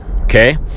Okay